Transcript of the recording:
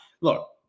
Look